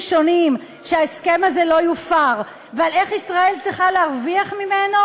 שונים שההסכם הזה לא יופר ועל איך ישראל יכולה להרוויח ממנו,